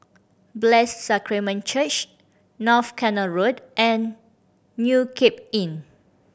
Blessed Sacrament Church North Canal Road and New Cape Inn